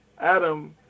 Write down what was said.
Adam